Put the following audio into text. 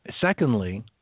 Secondly